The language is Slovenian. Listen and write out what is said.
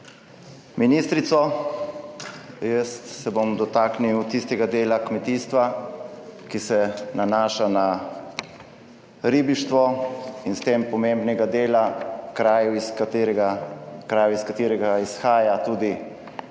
ministrico! Jaz se bom dotaknil tistega dela kmetijstva, ki se nanaša na ribištvo in s tem pomembnega dela krajev iz katerega izhaja tudi